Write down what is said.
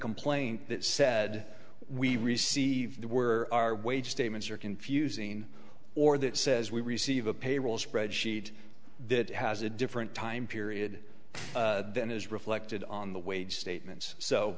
complaint that said we received where our wage statements are confusing or that says we receive a payroll spreadsheet that has a different time period than is reflected on the wage statements so